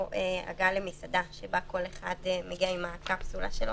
הגעה למסעדה בה כל אחד מגיע עם הקפסולה שלו,